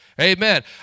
Amen